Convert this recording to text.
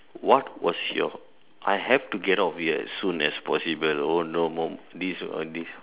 what was your I have to get out of here as soon as possible oh no or this will only